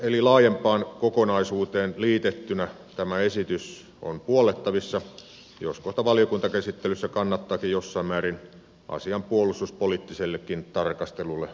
laajempaan kokonaisuuteen liitettynä tämä esitys on puollettavissa jos kohta valiokuntakäsittelyssä kannattaakin jossain määrin asian puolustuspoliittisellekin tarkastelulle uhrata aikaa